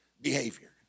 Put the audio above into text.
behavior